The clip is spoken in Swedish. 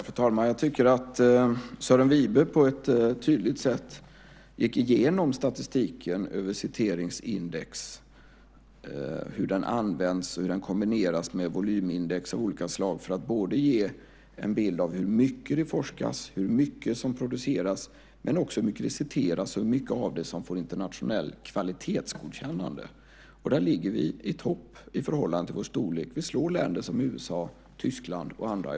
Fru talman! Jag tycker att Sören Wibe på ett tydligt sätt gick igenom statistiken över citeringsindex och hur det används och kombineras med volymindex av olika slag för att ge en bild av hur mycket det forskas, hur mycket som produceras, men också hur mycket det citeras och hur mycket av det som får internationellt kvalitetsgodkännande. Där ligger vi i topp i förhållande till vår storlek. Vi slår länder som USA, Tyskland och andra.